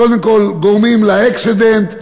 קודם כול גורמים לאקסידנט,